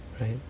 right